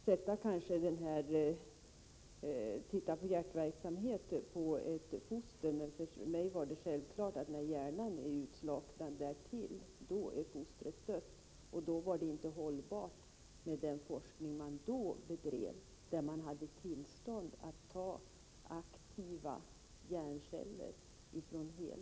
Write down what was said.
Det kanske är svårt att använda hjärtverksamheten som kriterium när det gäller